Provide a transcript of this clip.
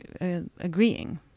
agreeing